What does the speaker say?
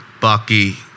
Bucky